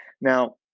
Now